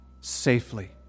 safely